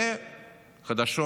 וחדשות